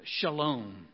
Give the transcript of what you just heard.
shalom